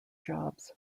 jobs